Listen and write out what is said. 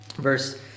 verse